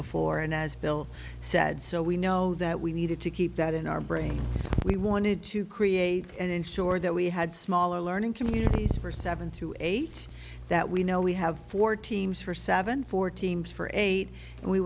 before and as bill said so we know that we needed to keep that in our brain we wanted to create and ensure that we had smaller learning communities for seven through eight that we know we have four teams for seven four teams for eight and we